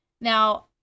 Now